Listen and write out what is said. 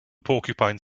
porcupine